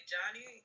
Johnny